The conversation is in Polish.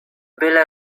byle